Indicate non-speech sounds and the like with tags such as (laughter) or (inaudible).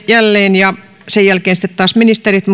jälleen ja sen jälkeen sitten taas ministerit (unintelligible)